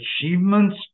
achievements